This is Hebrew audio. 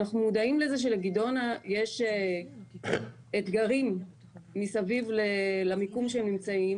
אנחנו מודעים לזה שלגדעונה יש אתגרים מסביב למיקום שהם נמצאים,